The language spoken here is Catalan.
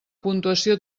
puntuació